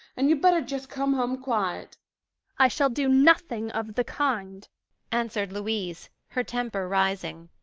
and you'd better just come home quiet i shall do nothing of the kind answered louise, her temper rising.